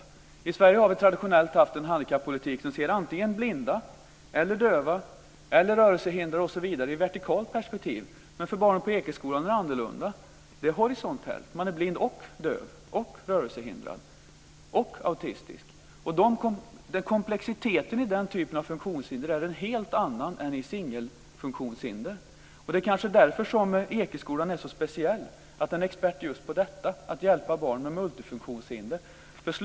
Vi har i Sverige traditionellt haft en handikappolitik som ser blinda, döva, rörelsehindrade osv. i vertikalt perspektiv. För barnen på Ekeskolan är perspektivet horisontellt - man är blind och döv och rörelsehindrad och autistisk. Komplexiteten i den typen av funktionshinder är en helt annan än i singelfunktionshinder. Att Ekeskolan är så speciell beror kanske på att den är inriktad just på att hjälpa barn med multifunktionshinder.